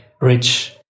rich